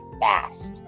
fast